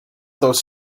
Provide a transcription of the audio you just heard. those